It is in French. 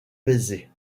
baiser